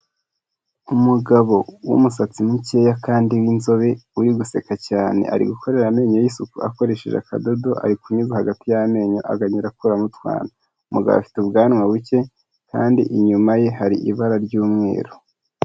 Umugabo w'umusatsi mukeya kandi w'inzobe uri guseka cyane, ari gukorera amenyo ye isuku akoresheje akadodo ari kunyuza hagati y'amenyo akagenda akuramo utwanda, umugabo afite ubwanwa buke kandi inyuma ye hari ibara ry'umweru.